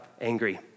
angry